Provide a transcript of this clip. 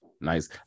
Nice